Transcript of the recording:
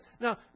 Now